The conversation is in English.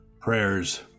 prayers